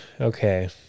okay